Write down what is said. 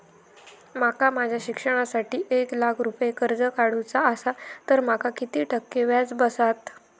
माका माझ्या शिक्षणासाठी एक लाख रुपये कर्ज काढू चा असा तर माका किती टक्के व्याज बसात?